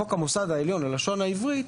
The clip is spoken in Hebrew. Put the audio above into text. חוק המוסד העליון ללשון העברית,